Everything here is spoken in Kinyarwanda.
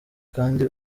kandi